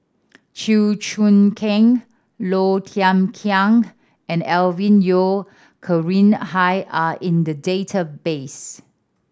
Chew Choo Keng Low Thia Khiang and Alvin Yeo Khirn Hai are in the database